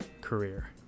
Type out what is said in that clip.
career